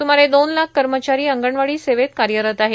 सुमारे दोन लाख कर्मचारी अंगणवाडी सेवेत कार्यरत आहेत